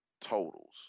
totals